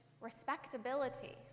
respectability